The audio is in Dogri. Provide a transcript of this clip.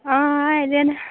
हां आए दे हैन